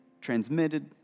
transmitted